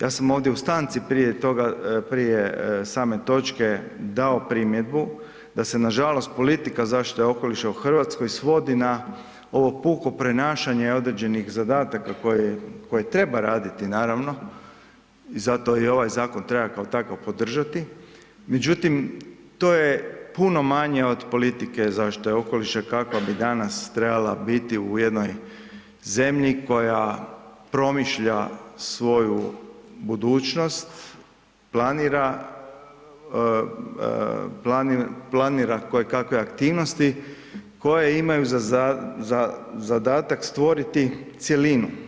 Ja sam ovdje u stanci prije same točke dao primjedbu da se nažalost politika zaštite okoliša u Hrvatskoj svodi na ovo puko prenašanje određenih zadataka koje treba raditi naravno, zato ovaj zakon treba kao takav podržati, međutim to je puno manje od politike zaštite okoliša kakva bi danas trebala biti u jednoj zemlji koja promišlja svoju budućnost, planira kojekakve aktivnosti koje imaju zadatak stvoriti cjelinu.